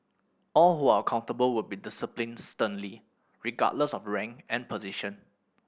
all who are accountable will be disciplined sternly regardless of rank and position